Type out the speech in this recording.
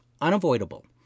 Unavoidable